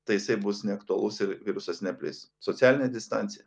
tai jisai bus neaktualus ir virusas neplis socialinė distancija